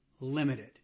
limited